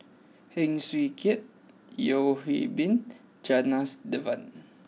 Heng Swee Keat Yeo Hwee Bin Janadas Devan